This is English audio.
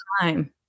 time